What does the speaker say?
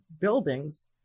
buildings